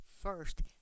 first